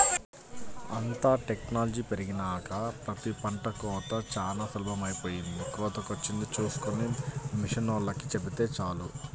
అంతా టెక్నాలజీ పెరిగినాక ప్రతి పంట కోతా చానా సులభమైపొయ్యింది, కోతకొచ్చింది చూస్కొని మిషనోల్లకి చెబితే చాలు